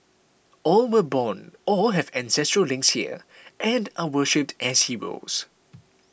all were born or have ancestral links here and are worshipped as heroes